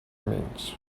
means